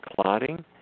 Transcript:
clotting